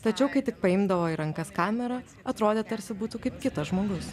tačiau kai tik paimdavo į rankas kamerą atrodė tarsi būtų kaip kitas žmogus